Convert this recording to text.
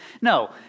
no